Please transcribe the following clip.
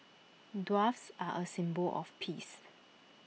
doves are A symbol of peace